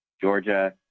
georgia